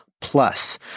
plus